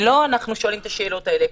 לא אנחנו שואלים את השאלות האלה,